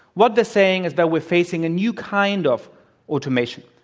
what they're saying is that we're facing a new kind of automation.